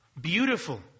Beautiful